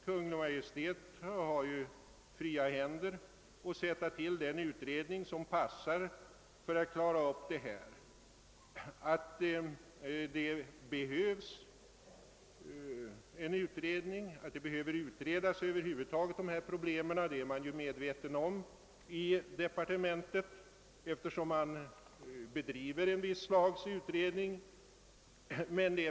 Kungl. Maj:t har ju fria händer att sätta till den utredning som passar för en sådan uppgift. Att dessa problem behöver utredas är man ju medveten om i departementet, eftersom man redan bedriver ett visst utredningsarbete.